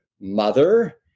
mother